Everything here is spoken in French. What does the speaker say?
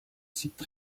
site